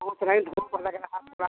उतनी ही धूप लग रही थोड़ी